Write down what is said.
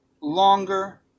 longer